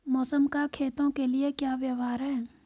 मौसम का खेतों के लिये क्या व्यवहार है?